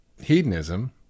hedonism